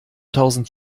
tausend